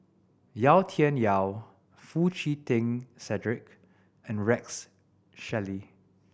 Yau Tian Yau Foo Chee Keng Cedric and Rex Shelley